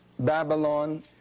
Babylon